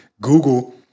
Google